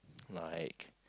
like